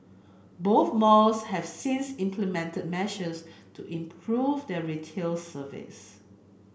both malls have since implemented measures to improve their retail service